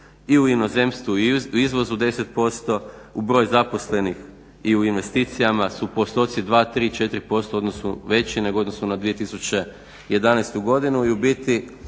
i u inozemstvu i u izvozu 10%, u broju zaposlenih i u investicijama su postoci 2,3,4 % u odnosu veći nego u odnosu na 2011. godinu i u biti